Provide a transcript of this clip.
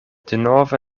denove